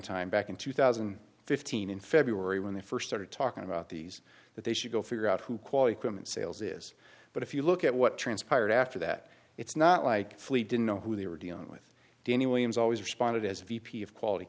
time back in two thousand and fifteen in february when they st started talking about these that they should go figure out who quality crimmins sales is but if you look at what transpired after that it's not like flea didn't know who they were dealing with danny williams always responded as a v p of quality